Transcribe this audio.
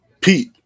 Pete